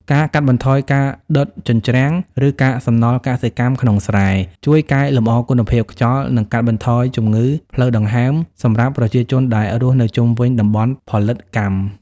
ការកាត់បន្ថយការដុតជញ្ជ្រាំង ឬកាកសំណល់កសិកម្មក្នុងស្រែ ជួយកែលម្អគុណភាពខ្យល់ និងកាត់បន្ថយជំងឺផ្លូវដង្ហើមសម្រាប់ប្រជាជនដែលរស់នៅជុំវិញតំបន់ផលិតកម្ម។